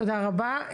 תודה רבה.